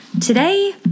today